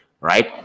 right